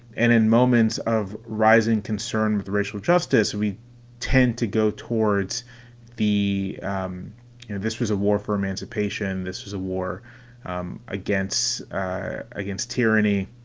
and in moments of rising concern with racial justice, we tend to go towards the um you know this was a war for emancipation. this was a war um against against tyranny.